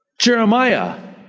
Jeremiah